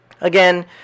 again